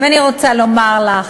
ואני רוצה לומר לך,